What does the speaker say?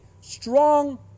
strong